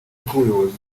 rw’ubuyobozi